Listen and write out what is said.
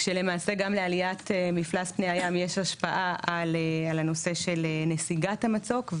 כשלמעשה גם לעליית מפלס פני הים יש השפעה על הנושא של נסיגת המצוק.